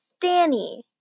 Danny